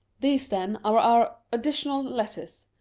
these, then, are our additional letters